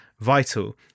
vital